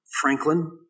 Franklin